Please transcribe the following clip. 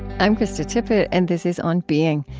i'm krista tippett, and this is on being.